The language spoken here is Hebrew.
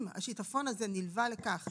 אבל אם השיטפון הזה נלווה לכך